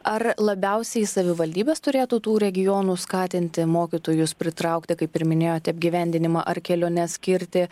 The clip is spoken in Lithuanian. ar labiausiai savivaldybės turėtų tų regionų skatinti mokytojus pritraukti kaip ir minėjote apgyvendinimą ar keliones skirti